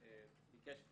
ביקש,